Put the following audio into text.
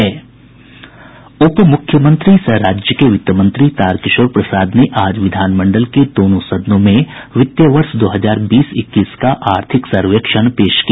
उप मुख्यमंत्री सह राज्य के वित्त मंत्री तारकिशोर प्रसाद ने आज विधान मंडल के दोनों सदनों में वित्तीय वर्ष दो हजार बीस इक्कीस का आर्थिक सर्वेक्षण पेश किया